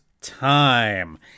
time